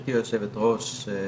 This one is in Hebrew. גברתי היושבת ראש,